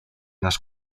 las